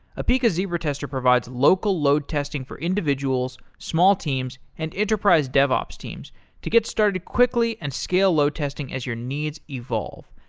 apica zebra tester provides local load testing for individuals, small teams and enterprise dev ops teams to get started quickly and scale load testing as your needs evolve.